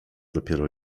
dopiero